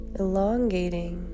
elongating